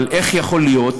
אבל איך יכול להיות,